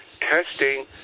testing